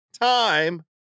time